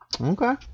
Okay